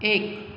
एक